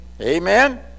Amen